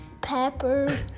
Pepper